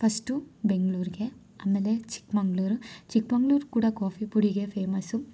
first ಬೆಂಗ್ಳೂರಿಗೆ ಆಮೇಲೆ ಚಿಕ್ಕಮಂಗ್ಳೂರು ಚಿಕ್ಮಂಗ್ಳೂರು ಕೂಡ ಕಾಫಿ ಪುಡಿಗೆ ಫೇಮಸ್ಸು